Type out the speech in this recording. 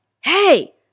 hey